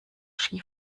ski